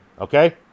Okay